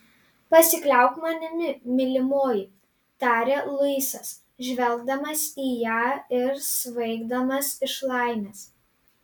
pasikliauk manimi mylimoji tarė luisas žvelgdamas į ją ir svaigdamas iš laimės